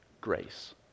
Grace